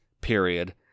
period